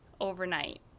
overnight